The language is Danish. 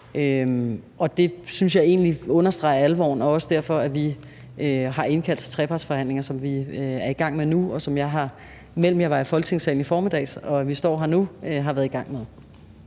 det synes jeg egentlig understreger alvoren, og det er også derfor, vi har indkaldt til trepartsforhandlinger, som vi er i gang med nu, og som jeg, i tiden mellem jeg var i Folketingssalen i formiddag og vi står her nu, har været i gang med.